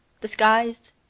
Disguised